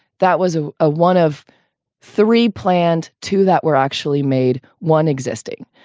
that was a ah one of three planned, two that were actually made, one existing.